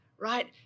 right